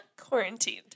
quarantined